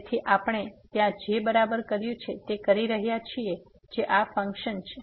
તેથી આપણે ત્યાં જે બરાબર કર્યું છે તે કરી રહ્યા છીએ જે આ ફંક્શન છે